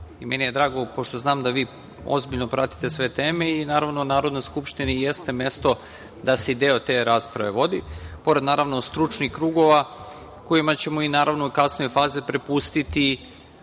je drago, pošto znam da vi ozbiljno pratite sve teme i naravno Narodna skupština jeste mesto da se i deo te rasprave vodi, pored naravno stručnih krugova kojima ćemo i naravno u kasnijoj fazi prepustiti